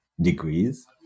degrees